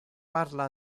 parla